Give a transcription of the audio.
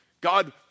God